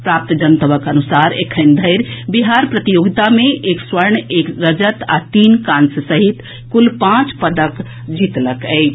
प्राप्त जनतबक अुनसार एखन धरि बिहार प्रतियोगिता मे एक स्वर्ण एक रजत आ तीन कांस्य सहित कुल पांच पदक जीतलक अछि